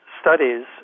studies